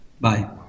Bye